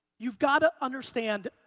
you've gotta understand,